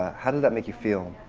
how did that make you feel?